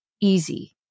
easy